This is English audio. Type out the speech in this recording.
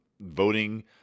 voting